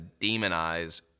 demonize